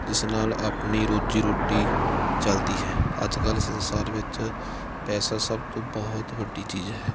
ਜਿਸ ਨਾਲ ਆਪਣੀ ਰੋਜ਼ੀ ਰੋਟੀ ਚੱਲਦੀ ਹੈ ਅੱਜ ਕੱਲ੍ਹ ਸੰਸਾਰ ਵਿੱਚ ਪੈਸਾ ਸਭ ਤੋਂ ਬਹੁਤ ਵੱਡੀ ਚੀਜ਼ ਹੈ